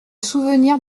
souvenir